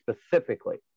specifically